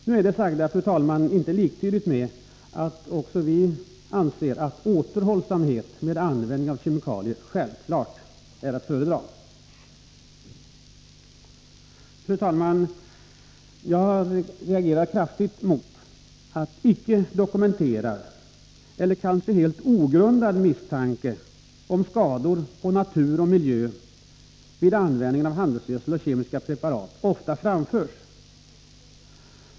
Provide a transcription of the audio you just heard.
Nu är det sagda, fru talman, inte liktydigt med att även vi anser att återhållsamhet med användningen av kemikalier självfallet är att föredra. Fru talman! Jag reagerar kraftigt mot att icke dokumenterade, eller kanske helt ogrundade, misstankar om skador på natur och miljö vid användningen av handelsgödsel och kemiska preparat ofta framförs.